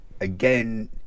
again